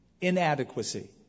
inadequacy